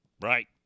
right